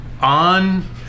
on